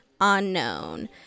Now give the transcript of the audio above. Unknown